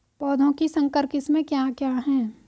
पौधों की संकर किस्में क्या क्या हैं?